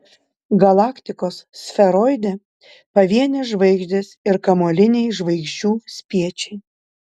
galaktikos sferoide pavienės žvaigždės ir kamuoliniai žvaigždžių spiečiai